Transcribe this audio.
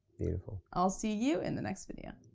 beautiful. i'll see you in the next video.